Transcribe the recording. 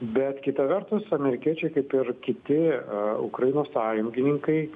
bet kita vertus amerikiečiai kaip ir kiti ukrainos sąjungininkai